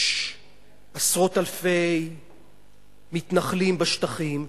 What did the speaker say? יש עשרות אלפי מתנחלים בשטחים,